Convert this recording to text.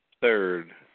Third